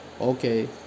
okay